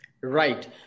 Right